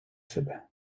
себе